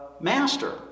master